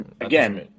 Again